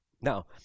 Now